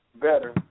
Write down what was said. better